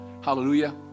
hallelujah